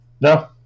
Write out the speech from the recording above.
No